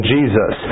Jesus